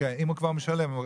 הוא כבר משלם.